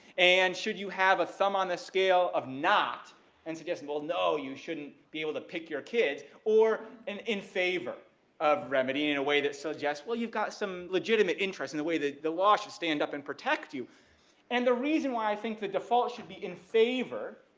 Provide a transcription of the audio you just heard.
and should you have a thumb on the scale of not and suggest, well no you shouldn't be able to pick your kids. or an in favor of remedy, in in a way that suggests well you've got some legitimate interest in the way that the law should stand up and protect you and the reason why i think the default should be in favor,